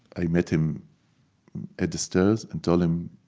i met him at the stairs, and told him,